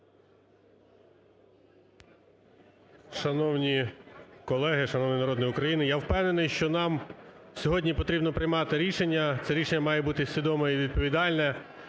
Шановні колеги! Шановні народні депутати! Я впевнений, що нам сьогодні потрібно приймати рішення. Це рішення має бути свідоме і відповідальне.